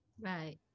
Right